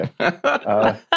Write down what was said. okay